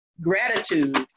gratitude